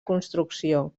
construcció